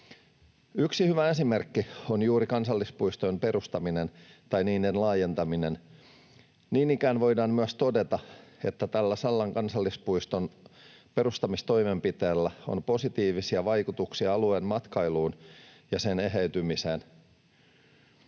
Yksi hyvä esimerkki on juuri kansallispuistojen perustaminen tai niiden laajentaminen. Niin ikään voidaan myös todeta, että tällä Sallan kansallispuiston perustamistoimenpiteellä on positiivisia vaikutuksia alueen matkailuun ja sen eheytymiseen.